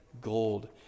gold